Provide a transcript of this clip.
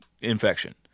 infection